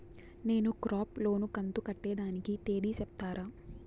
నేను crop loan కంతు కట్టేదానికి తేది సెప్తారా?